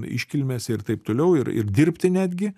iškilmėse ir taip toliau ir dirbti netgi